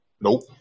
nope